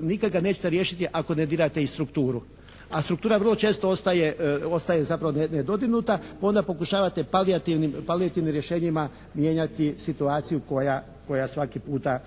nikad ga nećete riješiti ako ne dirate i strukturu. A struktura vrlo često ostaje zapravo nedodirnuta pa onda pokušavate palijativnim rješenjima mijenjati situaciju koja svaki puta,